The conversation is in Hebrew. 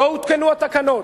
לא הותקנו התקנות.